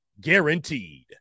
guaranteed